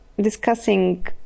discussing